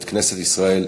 את כנסת ישראל,